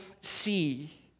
see